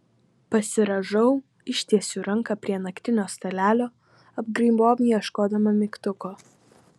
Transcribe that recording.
pasirąžau ištiesiu ranką prie naktinio stalelio apgraibom ieškodama mygtuko